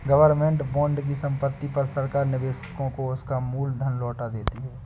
government bond की समाप्ति पर सरकार निवेशक को उसका मूल धन लौटा देती है